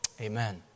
Amen